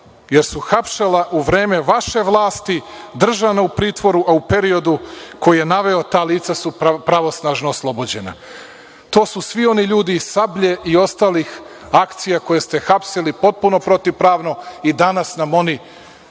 jer su hapšena u vreme vaše vlasti, držana u pritvoru u periodu koji je naveo, ta lica su pravosnažno oslobođena. To su svi oni ljudi iz „Sablje“ i ostalih akcija koje ste hapsili potpuno protivpravno i danas nam oni